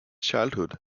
childhood